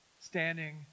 standing